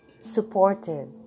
supported